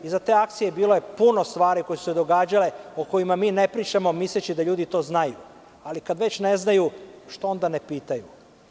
Iza te akcije bilo je puno stvari koje su se događale, o kojima mi ne pričamo, misleći da ljudi to znaju, ali kada već ne znaju, što onda ne pitaju?